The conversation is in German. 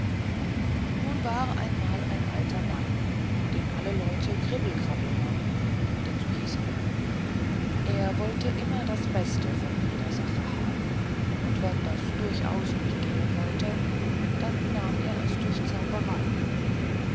nun war einmal ein alter mann den alle leute kribbel krabbel nannten denn so hieß er er wollte immer das beste von jeder sache haben und wenn das durchaus nicht gehen wollte dann nahm er es durch zauberei